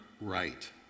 right